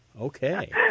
Okay